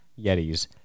yetis